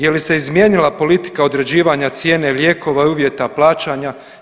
Je li se izmijenila politika određivanja cijene lijekova i uvjeta plaćanja?